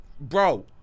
bro